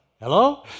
Hello